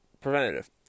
preventative